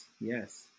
yes